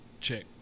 check